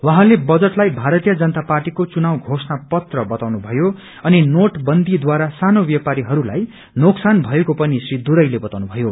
उहाँले बजटलाई भारतीय जनता पार्टीको चुनाउ थोषणा पत्र बताउनु भयो अनि नोटबन्दीद्वारा सानो ब्यापारीहरूलाई नोकसान भएको पनि श्री दुरईले बताउनु भयो